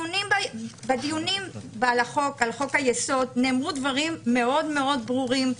בדיונים על חוק-היסוד נאמרו דברים מאוד מאוד ברורים,